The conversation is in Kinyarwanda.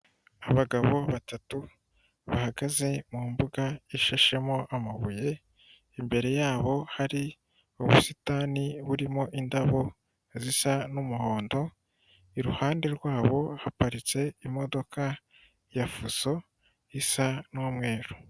Abagabo batatu bahagaze mu mbuga ishashemo amabuye, imbere yabo hari ubusitani burimo indabo zisa n'umuhondo, iruhande rwabo haparitse imodoka ya fuso isa n'umweru.